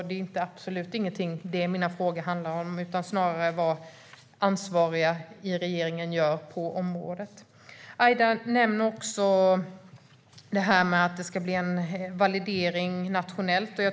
Det är absolut inte det som mina frågor handlar om. Det gäller snarare vad ansvariga i regeringen gör på området. Aida nämner också att det ska bli en validering nationellt.